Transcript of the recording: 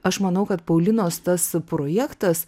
aš manau kad paulinos tas projektas